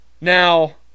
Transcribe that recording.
Now